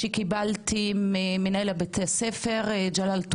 לפני שבועיים ביקרתי בבית ספר ביאליק